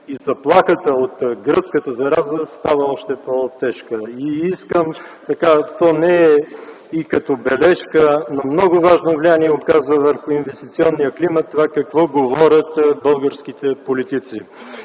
и заплахата от гръцката зараза става още по-тежка. Искам да кажа следното – то не е забележка, но много важно влияние върху инвестиционния климат оказва това какво говорят българските политици.